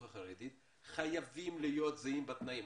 החרדית חייבים להיות זהים בתנאים,